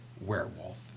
Werewolf